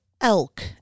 elk